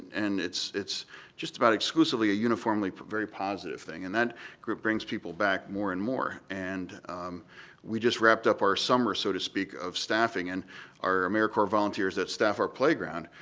and it's it's just about exclusively a uniformly very positive thing. and that group brings people back more and more. we we just wrapped up our summer so-to-speak of staffing, and our americorps volunteers that staff our playground,